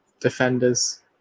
defenders